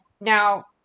Now